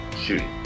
shooting